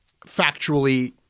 factually